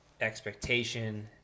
expectation